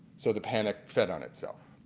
so the panic set on itself.